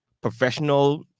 professional